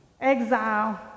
Exile